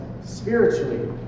spiritually